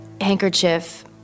handkerchief